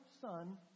Son